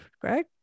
Greg